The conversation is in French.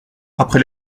après